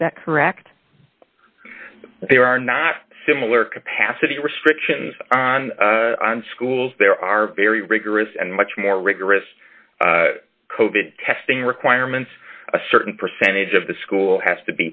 is that correct there are not similar capacity restrictions on in schools there are very rigorous and much more rigorous coded testing requirements a certain percentage of the school has to